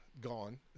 gone